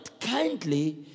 kindly